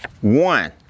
One